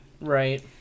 Right